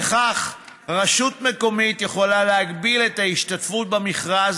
וכך רשות מקומית יכולה להגביל את ההשתתפות במכרז